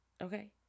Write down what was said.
Okay